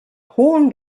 hohen